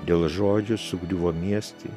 dėl žodžių sugriuvo miestai